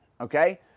okay